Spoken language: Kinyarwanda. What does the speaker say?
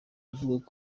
avuga